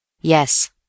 Yes